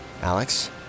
Alex